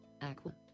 Aqua